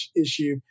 issue